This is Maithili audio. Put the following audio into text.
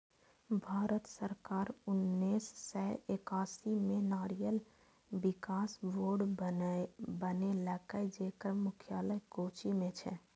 भारत सरकार उन्नेस सय एकासी मे नारियल विकास बोर्ड बनेलकै, जेकर मुख्यालय कोच्चि मे छै